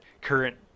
current